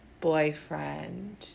boyfriend